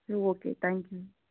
okay thank you